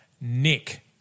Nick